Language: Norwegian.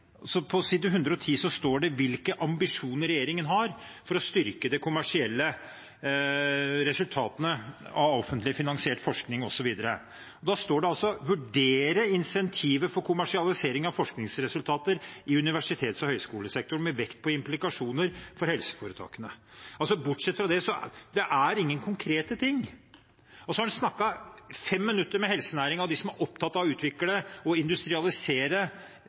står det hvilke ambisjoner regjeringen har for å styrke de kommersielle resultatene av offentlig finansiert forskning, osv. De vil bl.a. «vurdere insentiver for kommersialisering av forskningsresultater i universitets- og høyskolesektoren, med vekt på implikasjoner for helseforetakene». Bortsett fra det er det ingen konkrete ting. Så har en snakket 5 minutter med helsenæringen og de som er opptatt av å utvikle og industrialisere